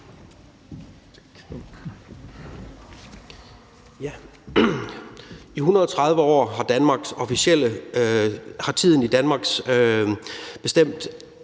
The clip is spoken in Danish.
I 130 år har tiden i Danmark officielt